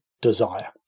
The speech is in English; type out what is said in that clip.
desire